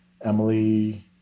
Emily